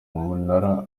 munara